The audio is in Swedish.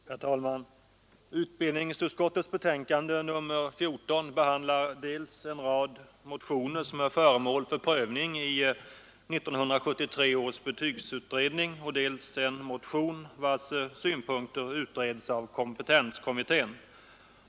Herr talman! Utbildningsutskottets betänkande nr 14 behandlar dels en rad motioner, som är föremål för prövning i 1973 års betygsutredning, dels en motion, vars synpunkter utreds av kompetenskommittén.